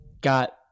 got